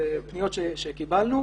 אלה פניות שקיבלנו.